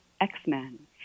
X-Men